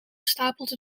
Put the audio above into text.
stapelde